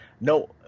No